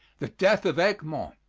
the death of egmont